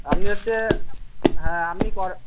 আপনি হচ্ছে হ্যাঁ আপনি